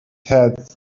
had